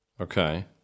Okay